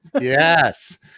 Yes